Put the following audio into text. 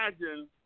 imagine